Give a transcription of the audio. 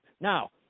Now